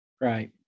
Right